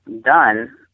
done